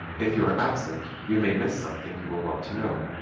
if you are absent you may miss something you will want to know.